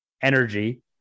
energy